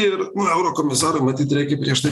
ir eurokomisarui matyt reikia prieš tai